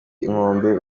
inkombe